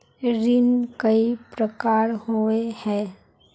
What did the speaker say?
ऋण कई प्रकार होए है?